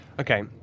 Okay